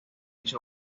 hizo